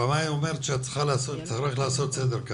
פעמיים אומרת שצריך לעשות כאן סדר,